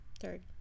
Third